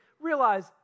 realize